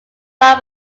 far